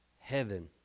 heaven